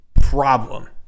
problem